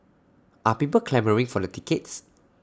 are people clamouring for the tickets